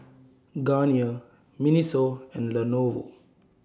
Garnier Miniso and Lenovo